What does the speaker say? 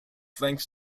thanks